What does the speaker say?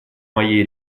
моей